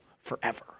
forever